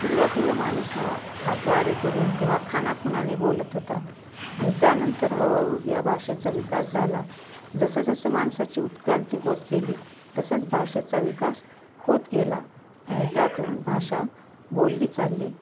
सुरवातीला माणूस हा हातवारे करून किंवा खाना खुणाने बोलत होता आणि त्यानंतर हळूहळू या भाषेचा विकास झाला जसं जसं माणसाची उत्क्रांती होत गेली तसंच भाषेचा विकास होत गेला आणि त्यातून भाषा बोलली चालली